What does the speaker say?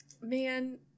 Man